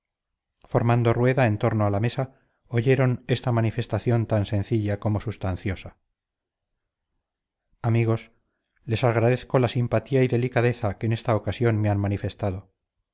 formando rueda en torno a la mesa oyeron esta manifestación tan sencilla como substanciosa amigos les agradezco la simpatía y delicadeza que en esta ocasión me han manifestado